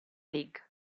league